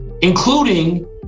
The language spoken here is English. Including